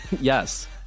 Yes